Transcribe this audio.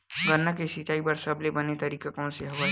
गन्ना के सिंचाई बर सबले बने तरीका कोन से हवय?